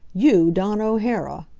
you, dawn o'hara!